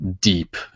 deep